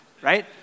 right